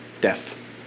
death